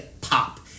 pop